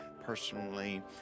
personally